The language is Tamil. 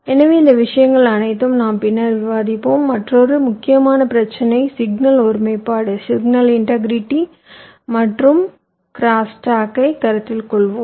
எனவே இந்த விஷயங்கள் அனைத்தையும் நாம் பின்னர் விவாதிப்போம் மற்றொரு முக்கியமான பிரச்சினை சிக்னல் ஒருமைப்பாடு மற்றும் சுற்றுகளில் க்ரோஸ்டாக் ஐ கருத்தில் கொள்வது